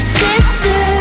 sister